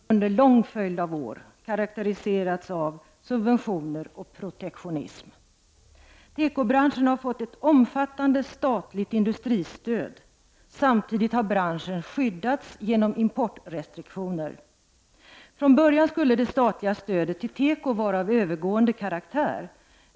Herr talman! Svensk tekopolitik har under en lång följd av år karakteriserats av subventioner och protektionism. Tekobranschen har fått ett omfattande statligt industristöd. Samtidigt har branschen skyddats genom importrestriktioner. Från början skulle det statliga stödet till teko vara av övergående karaktär.